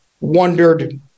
wondered